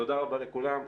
תודה רבה לכולם.